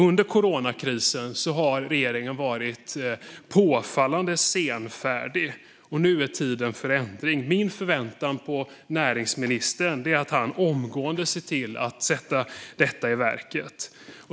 Under coronakrisen har regeringen varit påfallande senfärdig. Nu är tid för ändring. Min förväntan på näringsministern är att han omgående ser till att sätta detta i verket.